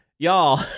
Y'all